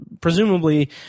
presumably